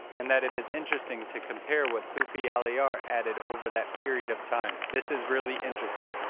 and that, it is interesting to compare what sufi allahyar added over that period of time. this is really interesting.